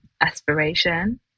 aspiration